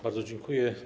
Bardzo dziękuję.